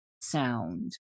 sound